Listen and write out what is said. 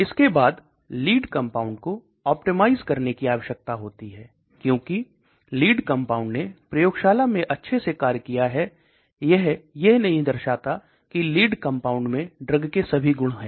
इसके बाद lead compound को ऑप्टिमाइज़ करने की अव्यश्कता होती है क्योंकि लीड कंपाउंड ने प्रयोगशाला में अच्छे से कार्य किया है यह ये नहीं दर्शाता की लीड कंपाउंड में ड्रग के सभी गुण है